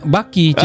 Baki